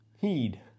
Heed